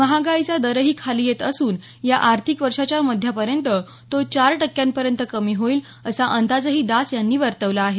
महागाईचा दरही खाली येत असून या आर्थिक वर्षाच्या मध्यापर्यंत तो चार टक्क्यांपर्यंत कमी होईल असा अंदाजही दास यांनी वर्तवला आहे